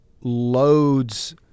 loads –